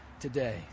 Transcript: today